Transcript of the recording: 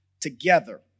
together